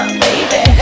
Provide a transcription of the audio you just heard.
baby